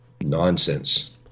nonsense